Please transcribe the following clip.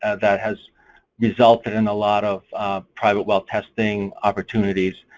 ah that has resulted in a lot of private well testing opportunities.